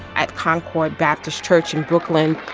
at concord baptist church in brooklyn.